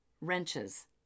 wrenches